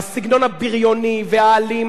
הסגנון הבריוני והאלים,